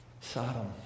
Sodom